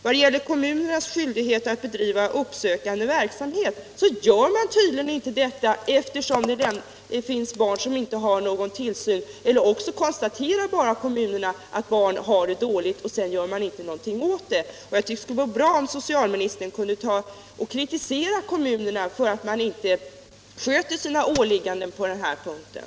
Vad gäller kommunernas skyldighet att bedriva uppsökande verksamhet är det tydligen så att de inte gör det, eftersom det finns barn som inte har någon tillsyn. Eller också konstaterar kommunerna bara att barn har det dåligt och gör sedan inte någonting åt det. Det skulle vara bra om socialministern kunde kritisera kommunerna för att de inte sköter sina åligganden på den här punkten.